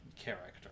character